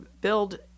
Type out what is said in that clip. build